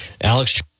Alex